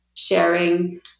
sharing